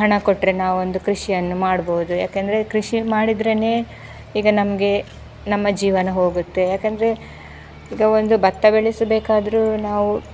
ಹಣ ಕೊಟ್ಟರೆ ನಾವು ಒಂದು ಕೃಷಿಯನ್ನು ಮಾಡ್ಬೋದು ಯಾಕೆಂದರೆ ಕೃಷಿ ಮಾಡಿದರೇನೆ ಈಗ ನಮಗೆ ನಮ್ಮ ಜೀವನ ಹೋಗುತ್ತೆ ಯಾಕೆಂದರೆ ಈಗ ಒಂದು ಭತ್ತ ಬೆಳೆಸಬೇಕಾದರೂ ನಾವು